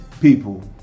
people